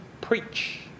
preach